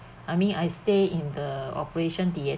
I mean I stay in the operation theatre